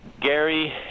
Gary